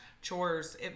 chores